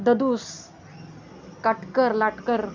ददूस काटकर लाटकर